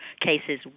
cases